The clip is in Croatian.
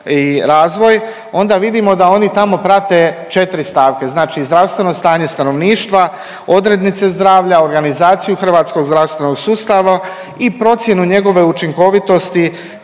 i razvoj, onda vidimo da oni tamo prate 4 stavke. Znači zdravstveno stanje stanovništva, odrednice zdravlja, organizaciju hrvatskog zdravstvenog sustava i procjenu njegove učinkovitosti,